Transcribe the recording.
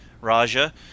Raja